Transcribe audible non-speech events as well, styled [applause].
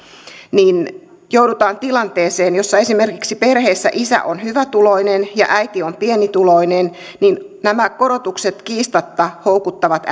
niin joudutaan tilanteeseen jossa esimerkiksi perheissä isä on hyvätuloinen ja äiti on pienituloinen nämä korotukset kiistatta houkuttavat [unintelligible]